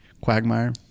Quagmire